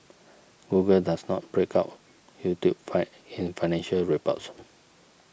Google does not break out YouTube fine in financial reports